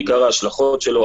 בעיקר ההשלכות שלו.